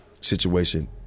situation